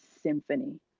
symphony